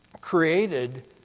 created